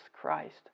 Christ